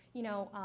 you know,